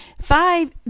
five